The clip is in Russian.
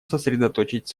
сосредоточить